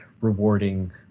rewarding